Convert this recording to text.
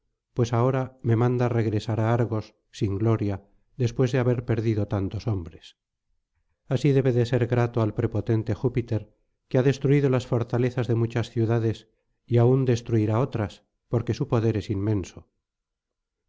pues ahora me manda regresar á argos sin gloria después de haber perdido tantos hombres así debe de ser grato al prepotente júpiter que ha destruido las fortalezas de muchas ciudades y aún destruirá otras porque su poder es inmenso